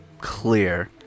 clear